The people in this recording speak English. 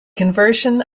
conversion